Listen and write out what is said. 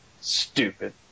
Stupid